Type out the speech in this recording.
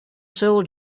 sole